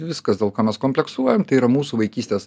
viskas dėl ko mes kompleksuojam tai yra mūsų vaikystės